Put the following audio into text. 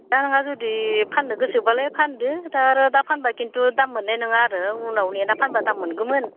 दा नोंहा जुदि फानो गोसोबालाय फानदो दा आरो दा फानबा खिन्थु दाम मोन्नाय नङा आरो उनाव नेना फानबा दाम मोनगौमोन